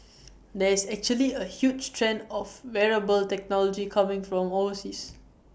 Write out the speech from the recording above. there is actually A huge trend of wearable technology coming from overseas